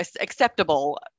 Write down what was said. acceptable